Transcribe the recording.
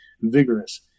vigorous